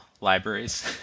libraries